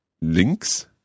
links